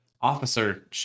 officer